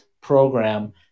program